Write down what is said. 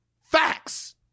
Facts